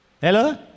Hello